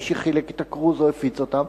מי שחילק את הכרוז או הפיץ אותו,